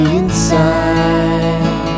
inside